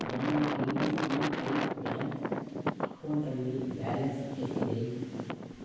ನನ್ನ I D B I bank ಅಕೌಂಟಲ್ಲಿ balance ಎಷ್ಟಿದೆ